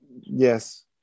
Yes